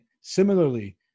Similarly